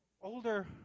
older